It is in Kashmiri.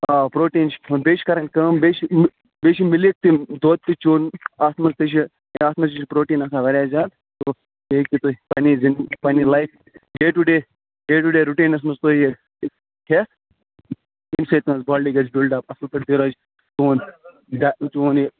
آ پروٹیٖن چھُ کھیٚون بیٚیہِ چھِ کَرٕنۍ کٲم بیٚیہِ چھِ بیٚیہِ چھِ مِلِک تہِ دۄد تہِ چونۍ اَتھ منٛز تہِ چھُ اَتھ منٛز تہِ چھُ پروٹیٖن آسان واریاہ زیادٕ تہٕ سُہ ہیٚکیو تُہۍ پَننہِ زندگی پَننہِ لایفِ day to day day to day routines منٛز تُہۍ یہِ کیاہ یٚیمہِ سۭتۍ تُہنز بۄڈی گَژھہ بیولڈٕ اَپ اصٕل پٲٹھ بیٚیہِ روزِ چۄن ڈ چۄن یہِ